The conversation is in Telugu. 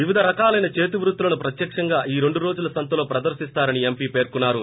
వివధ రకాలైన చేతి వృత్తులను ప్రత్యక్షంగా ఈ రెండు రోజుల సంతలో ప్రదర్శిస్తారని ఎంపీ పేర్కొన్నారు